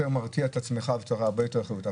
מרתיע את עצמך וצריך הרבה יותר אחריות.